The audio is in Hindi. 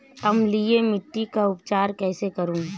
अम्लीय मिट्टी का उपचार कैसे करूँ?